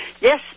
Yes